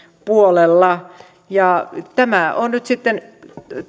puolella ja tämä on nyt sitten